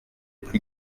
plus